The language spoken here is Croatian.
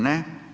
Ne.